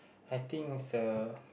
I think is the